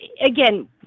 again